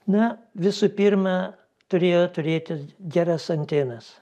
na visų pirma turėjo turėti geras antenas